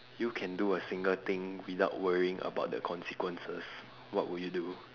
you can do a single thing without worrying about the consequences what would you do